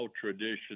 tradition